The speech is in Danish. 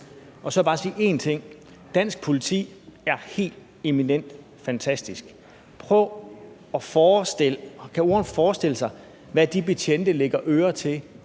jeg bare sige en ting: Dansk politi er helt eminent og fantastisk. Kan ordføreren forestille sig, hvad de betjente lægger øre til